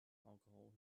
alcohol